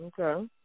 Okay